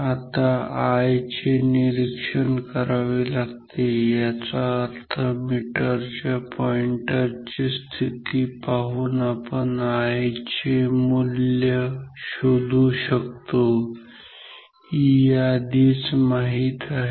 आता I चे निरीक्षण करावे लागते याचा अर्थ मीटरच्या पॉईंटर ची स्थिती पाहून आपण I चे मूल्य शोधू शकतो E आधीच माहित आहे